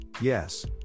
Yes